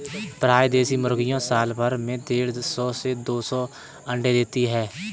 प्रायः देशी मुर्गियाँ साल भर में देढ़ सौ से दो सौ अण्डे देती है